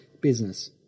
business